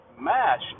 MASH